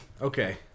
Okay